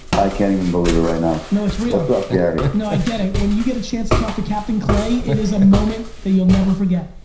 i can't even believe it right now. no it's real. what's up gary? no i get it, when you get a chance to talk to captain clay, it is a moment that you'll never forget.